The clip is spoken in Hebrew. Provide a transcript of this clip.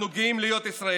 אנחנו גאים להיות ישראלים,